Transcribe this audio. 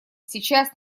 сейчас